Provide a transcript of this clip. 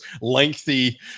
lengthy